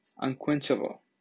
unquenchable